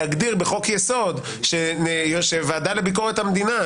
להגדיר בחוק-יסוד שהוועדה לביקורת המדינה,